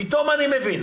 פתאום אני מבין.